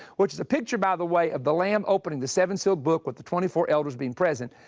which is a picture, by the way, of the lamb opening the seven seal book with the twenty four elders being present,